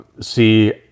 see